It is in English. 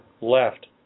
left